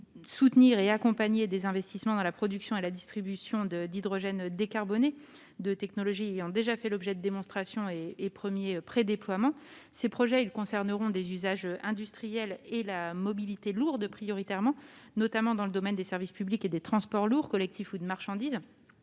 soutiendra et on accompagnera des investissements dans la production et la distribution d'hydrogène décarboné par des technologies ayant déjà fait l'objet de démonstrations et de premiers prédéploiements. Il s'agira prioritairement de projets orientés vers des usages industriels et la mobilité lourde, notamment dans le domaine des services publics et des transports lourds, collectifs ou de marchandises.